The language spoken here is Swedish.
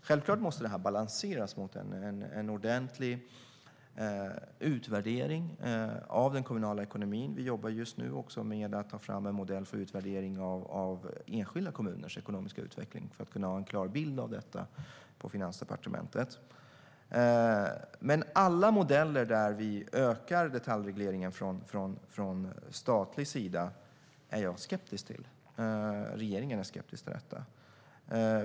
Självklart måste det balanseras mot en ordentlig utvärdering av den kommunala ekonomin. Vi jobbar just nu med att ta fram en modell för utvärdering av enskilda kommuners ekonomiska utveckling för att kunna ha en klar bild av detta på Finansdepartementet. Men alla modeller där vi ökar detaljregleringen från statlig sida är jag skeptisk till, och regeringen är skeptisk till detta.